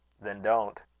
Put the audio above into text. then don't,